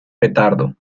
petardo